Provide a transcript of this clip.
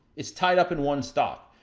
it's tied up in one stock.